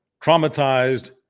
traumatized